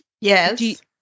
yes